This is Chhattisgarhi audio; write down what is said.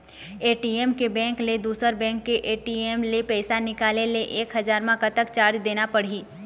ए.टी.एम के बैंक ले दुसर बैंक के ए.टी.एम ले पैसा निकाले ले एक हजार मा कतक चार्ज देना पड़ही?